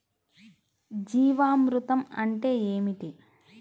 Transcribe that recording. జీవామృతం అంటే ఏమిటి?